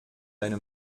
deine